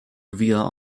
via